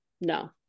no